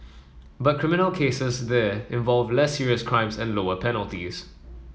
but criminal cases there involve less serious crimes and lower penalties